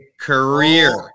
career